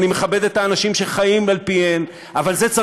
ואני מכבד את האנשים שחיים על-פיהן,